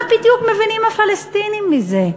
מה בדיוק מבינים הפלסטינים מזה?